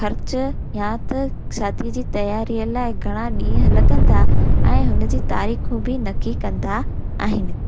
ख़र्चु या त शादीअ जी तियारीअ लाइ घणा ॾींहं लॻंदा ऐं हुन जी तारीख़ूं बि नकी कंदा आहिनि